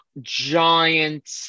giant